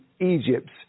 Egypt's